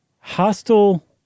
hostile